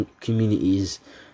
communities